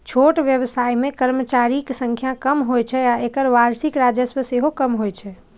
छोट व्यवसाय मे कर्मचारीक संख्या कम होइ छै आ एकर वार्षिक राजस्व सेहो कम होइ छै